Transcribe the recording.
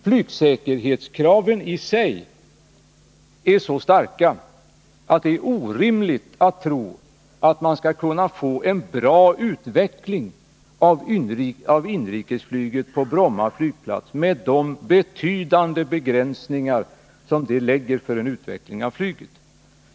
Flygsäkerhetskraven i sig ärså starka att det är orimligt att tro att man skulle kunna få en god utveckling av inrikesflyget på Bromma flygplats med de betydande begränsningar som det här innebär för en utveckling av flyget.